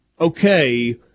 okay